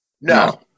No